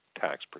tax